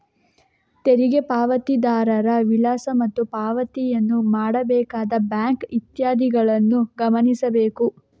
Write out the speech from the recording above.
ತೆರಿಗೆ ಪಾವತಿದಾರರ ವಿಳಾಸ ಮತ್ತು ಪಾವತಿಯನ್ನು ಮಾಡಬೇಕಾದ ಬ್ಯಾಂಕ್ ಇತ್ಯಾದಿಗಳನ್ನು ಗಮನಿಸಬೇಕು